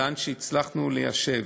במקומות שהצלחנו ליישב.